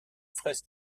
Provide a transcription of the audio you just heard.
fresque